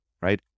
right